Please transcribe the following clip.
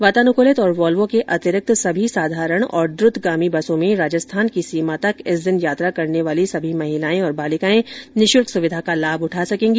वातानुकूलित और वॉल्वो के अतिरिक्त सभी साधारण तथा द्रतगामी बसों में राजस्थान की सीमा तक इस दिन यात्रा करने वाली सभी महिलाएं और बालिकाएं इस निःशल्क सुविधा का लाभ उठा सकेंगी